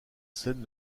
scène